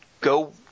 go